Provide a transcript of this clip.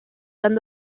tan